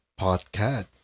podcast